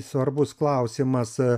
svarbus klausimas